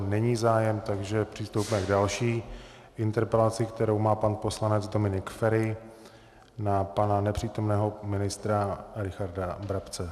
Není zájem, takže přistoupíme k další interpelaci, kterou má pan poslanec Dominik Feri na pana nepřítomného ministra Richarda Brabce.